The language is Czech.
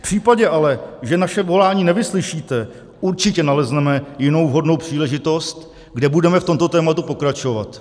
V případě ale, že naše volání nevyslyšíte, určitě nalezneme jinou vhodnou příležitost, kde budeme v tomto tématu pokračovat.